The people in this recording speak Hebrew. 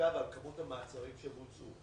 ומעקב על כמות המעצרים שבוצעו,